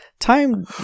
Time